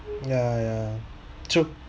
ya ya true